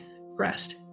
rest